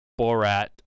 Borat